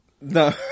No